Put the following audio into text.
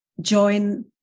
join